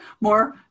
more